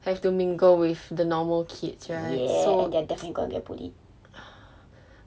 have to mingle with the normal kids right so